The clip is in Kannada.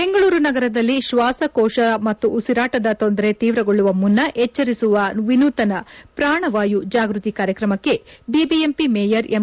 ಬೆಂಗಳೂರು ನಗರದಲ್ಲಿ ಶ್ವಾಸಕೋಶ ಮತ್ತು ಉಸಿರಾಟದ ತೊಂದರೆ ತೀವಗೊಳ್ಳುವ ಮುನ್ನ ಎಚ್ವರಿಸುವ ವಿನೂತನ ಪೂಣವಾಯು ಜಾಗೃತಿ ಕಾರ್ಯಕ್ರಮಕ್ಕೆ ಬಿಬಿಎಂಪಿ ಮೇಯರ್ ಎಂ